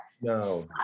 No